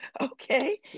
okay